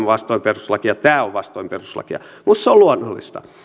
vastoin perustuslakia tämä on vastoin perustuslakia minusta se on luonnollista